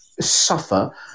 suffer